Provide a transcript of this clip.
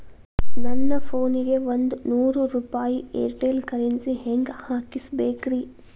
ನನ್ನ ಫೋನಿಗೆ ಒಂದ್ ನೂರು ರೂಪಾಯಿ ಏರ್ಟೆಲ್ ಕರೆನ್ಸಿ ಹೆಂಗ್ ಹಾಕಿಸ್ಬೇಕ್ರಿ?